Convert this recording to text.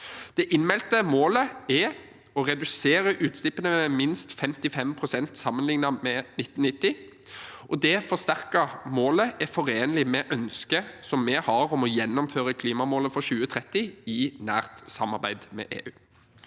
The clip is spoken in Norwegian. Det innmeldte målet er å redusere utslippene med minst 55 pst. sammenlignet med 1990. Det forsterkede målet er forenlig med ønsket som vi har om å gjennomføre klimamålet for 2030 i nært samarbeid med EU.